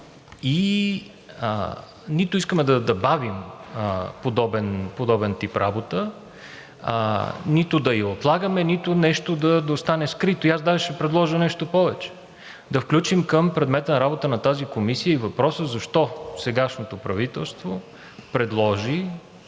и нито искаме да бавим подобен тип работа, нито да я отлагаме, нито нещо да остане скрито. И аз даже ще предложа нещо повече, да включим към предмета на работа на тази комисия и въпроса защо сегашното правителство предложи